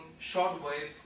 shortwave